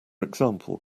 example